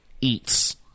eats